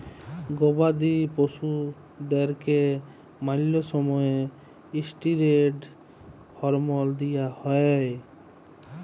গবাদি পশুদ্যারকে ম্যালা সময়ে ইসটিরেড হরমল দিঁয়া হয়